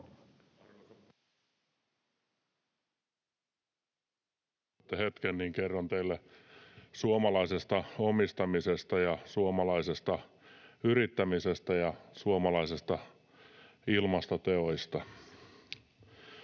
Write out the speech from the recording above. kerron teille suomalaisesta omistamisesta ja suomalaisesta yrittämisestä ja suomalaisista ilmastoteoista.